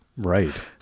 Right